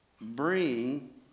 bring